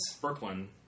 Brooklyn